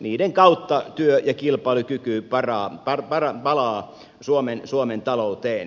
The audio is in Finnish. niiden kautta työ ja kilpailukyky palaa suomen talouteen